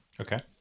Okay